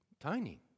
tiny